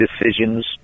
decisions